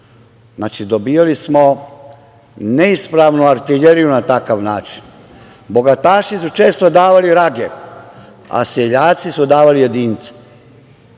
Znači, dobijali smo neispravnu artiljeriju na takav način. Bogataši su često davali rage, a seljaci su davali jedince,